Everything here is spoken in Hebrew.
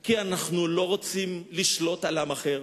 כי אנחנו לא רוצים לשלוט על עם אחר,